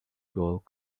gold